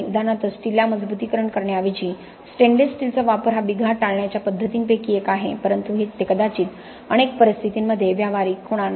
उदाहरणार्थ स्टीलला मजबुतीकरण करण्याऐवजी स्टेनलेस स्टीलचा वापर हा बिघाड टाळण्याच्या पद्धतींपैकी एक आहे परंतु ते कदाचित अनेक परिस्थितींमध्ये व्यावहारिक होणार नाही